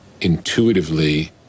intuitively